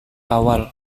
awal